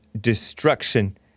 destruction